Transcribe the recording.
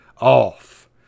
off